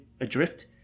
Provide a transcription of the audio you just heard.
adrift